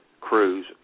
crews